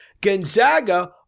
Gonzaga